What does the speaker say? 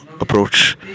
approach